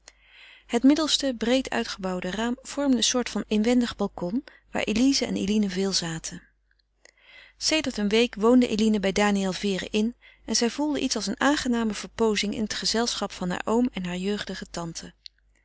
het middelste breed uitgehouwde raam vormde een soort van inwendig balcon waar elize en eline veel zaten sedert een week woonde eline bij daniël vere in en zij gevoelde iets als een aangename verpoozing in het gezelschap van haar oom en haar jeugdige tante